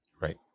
Right